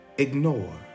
Ignore